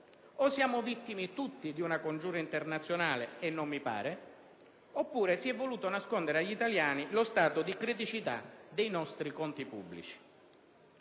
o siamo tutti vittima di una congiura internazionale, e non mi pare, oppure si è voluto nascondere agli italiani lo stato di criticità dei nostri conti pubblici.